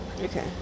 Okay